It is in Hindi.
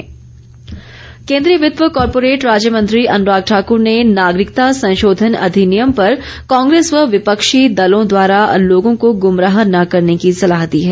बयान केन्द्रीय वित्त व कॉरपोरेट राज्य मंत्री अनुराग ठाकुर ने नागरिकता संशोधन अधिनियम पर कांग्रेस व विपक्षी दलों द्वारा लोगों को गूमराह न करने की सलाह दी है